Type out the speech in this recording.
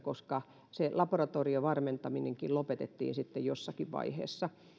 koska se laboratoriovarmentaminenkin lopetettiin jossakin vaiheessa